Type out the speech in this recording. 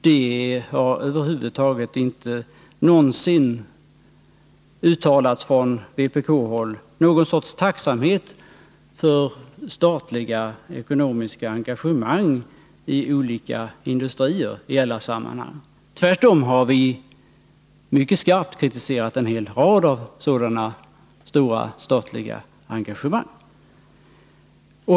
Det har över huvud taget inte någonsin från vpk-håll uttalats någon sorts tacksamhet för statliga ekonomiska engagemang i olika industrier i alla sammanhang. Tvärtom har vi mycket skarpt kritiserat en hel rad sådana stora statliga engagemang.